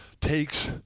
takes